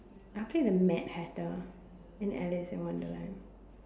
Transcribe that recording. I'll play the Mad-Hatter in Alice in Wonderland